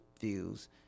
views